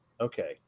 Okay